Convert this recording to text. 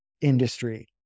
industry